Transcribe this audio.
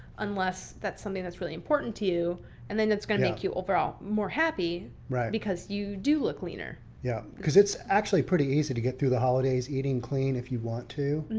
unless that's something that's really important to you and then it's going to make you overall more happy because you do look leaner. yeah. because it's actually pretty easy to get through the holidays eating clean if you want to.